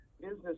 business